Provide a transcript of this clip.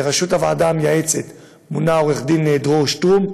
לראשות הוועדה המייעצת מונה עו"ד דרור שטרום,